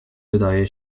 wydaje